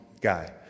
guy